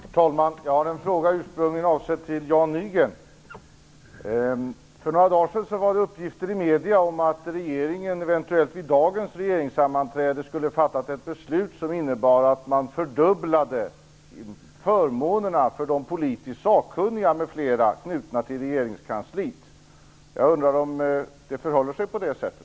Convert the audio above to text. Herr talman! Jag har en fråga, ursprungligen avsedd att ställas till Jan Nygren. För några dagar sedan fanns det uppgifter i medierna om att regeringen eventuellt vid dagens regeringssammanträde skulle fatta ett beslut innebärande att förmånerna fördubblas för politiskt sakkunniga m.fl. knutna till regeringskansliet. Jag undrar om det förhåller sig på det sättet.